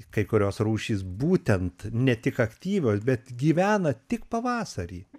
kai kurios rūšys būtent ne tik aktyvios bet gyvena tik pavasarį